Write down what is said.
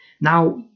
now